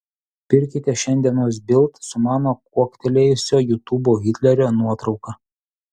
pirkite šiandienos bild su mano ir kuoktelėjusio jutubo hitlerio nuotrauka